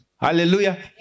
Hallelujah